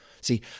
See